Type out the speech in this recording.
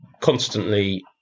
constantly